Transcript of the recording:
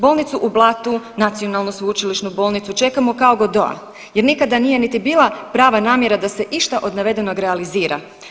Bolnicu u Blatu, Nacionalnu sveučilišnu bolnicu čekamo kao Godota, jer nikada nije niti bila prava namjera da se išta od navedenog realizira.